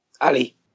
Ali